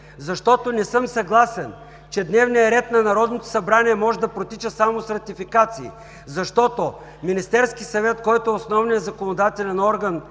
защото не съм съгласен, че дневният ред на Народното събрание може да протича само с ратификации. Защото Министерският съвет, който е основният законодателен орган